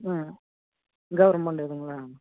ம் கவர்மெண்ட் இதுங்களா